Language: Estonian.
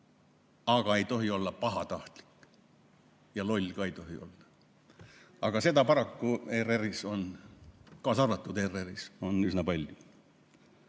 aga ei tohi olla pahatahtlik ja loll ka ei tohi olla. Aga seda paraku ERR‑is on, kaasa arvatud ERR‑is, üsna palju. Mis